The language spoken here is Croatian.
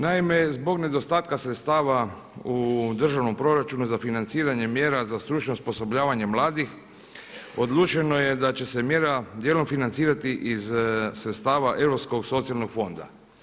Naime, zbog nedostatka sredstava u državnom proračunu za financiranje mjera za stručno osposobljavanje mladih odlučeno je da će se mjera dijelom financirati iz sredstava Europskog socijalnog fonda.